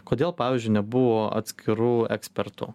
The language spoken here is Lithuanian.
kodėl pavyzdžiui nebuvo atskirų ekspertų